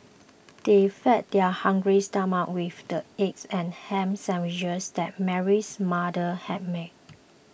they fed their hungry stomachs with the egg and ham sandwiches that Mary's mother had made